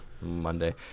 Monday